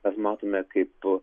mes matome kaip